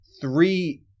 three